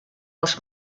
els